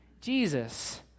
Jesus